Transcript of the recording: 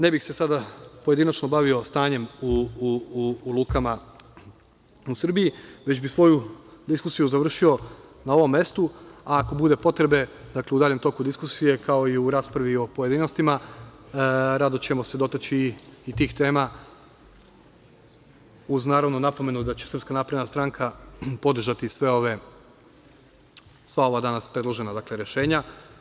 Ne bih se sada pojedinačno bavio stanjem u lukama u Srbiji, već bi svoju diskusiju završio na ovom mestu, a ako bude potrebe u daljem toku diskusije kao i u raspravi u pojedinostima rado ćemo se dotaći i tih tema uz naravno napomenu da će SNS podržati sva ova predložena rešenja.